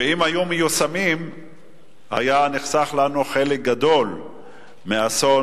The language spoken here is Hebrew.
ושאם הם היו מיושמים היה נחסך לנו חלק גדול מהאסון,